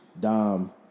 Dom